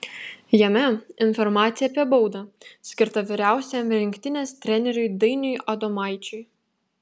jame informacija apie baudą skirtą vyriausiajam rinktinės treneriui dainiui adomaičiui